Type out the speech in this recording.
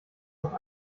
auch